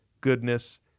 goodness